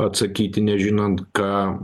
atsakyti nežinant ką